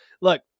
look